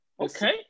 Okay